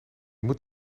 moet